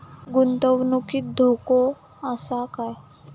गुंतवणुकीत धोको आसा काय?